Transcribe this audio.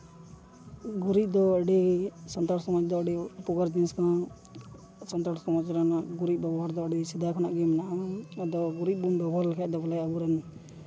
ᱜᱩᱨᱤᱡ ᱫᱚ ᱟᱹᱰᱤ ᱥᱟᱱᱛᱟᱲ ᱥᱚᱢᱟᱡᱽ ᱫᱚ ᱟᱹᱰᱤ ᱩᱯᱚᱠᱟᱨ ᱡᱤᱱᱤᱥ ᱠᱟᱱᱟ ᱥᱟᱱᱛᱟᱲ ᱥᱚᱢᱟᱡᱽ ᱨᱮᱱᱟᱜ ᱜᱩᱨᱤᱡᱽ ᱵᱮᱵᱚᱦᱟᱨ ᱫᱚ ᱟᱹᱰᱤ ᱥᱮᱫᱟᱭ ᱠᱷᱚᱱᱟᱜ ᱠᱷᱚᱱᱟᱜ ᱜᱮ ᱢᱮᱱᱟᱜᱼᱟ ᱟᱫᱚ ᱜᱩᱨᱤᱡ ᱵᱚᱱ ᱵᱮᱵᱚᱦᱟᱨ ᱞᱮᱠᱷᱟᱡ ᱫᱚ ᱵᱚᱞᱮ ᱟᱵᱚᱨᱮᱱ